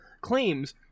claims